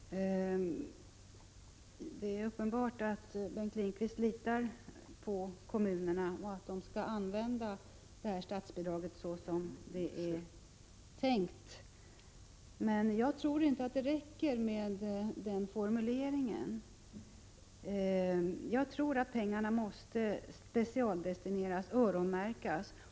Herr talman! Det är uppenbart att Bengt Lindqvist litar på att kommunerna skall använda statsbidraget såsom det är tänkt, men jag tror inte att det räcker med den formuleringen. Jag tror att pengarna måste specialdestineras, öronmärkas.